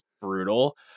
brutal